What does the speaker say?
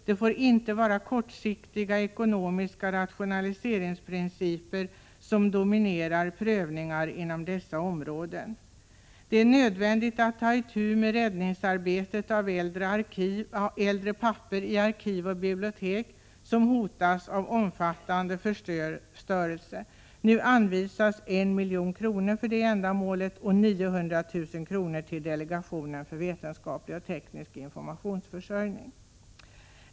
Det får inte vara kortsiktiga ekonomiska rationaliseringsprinciper som dominerar prövningar inom dessa områden. Det är nödvändigt att ta itu med arbetet att rädda äldre papper i arkiv och bibliotek som hotas av omfattande förstörelse. Nu anvisas 1 milj.kr. för detta ändamål samt 900 000 kr. till delegationen för vetenskaplig och teknisk informationsförsörjning.